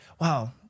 Wow